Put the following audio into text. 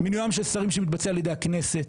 מינויים של שרים שמתבצע על ידי הכנסת